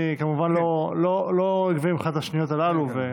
אני כמובן לא אגבה ממך את השניות הללו.